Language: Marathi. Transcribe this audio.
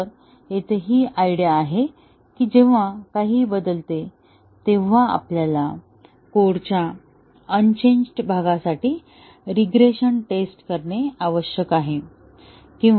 तर येथे ही आयडिया आहे की जेव्हा काहीही बदलते तेव्हा आपल्याला कोडच्या अंचेंजड भागासाठी रीग्रेशन टेस्ट करणे आवश्यक आहे